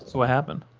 so happened?